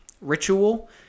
ritual